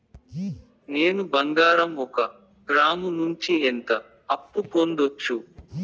నేను బంగారం ఒక గ్రాము నుంచి ఎంత అప్పు పొందొచ్చు